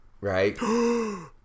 right